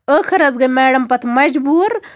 ٲخٔر حظ گے میڈَم پَتہٕ مَجبوٗر